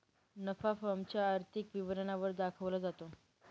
नफा फर्म च्या आर्थिक विवरणा वर दाखवला जातो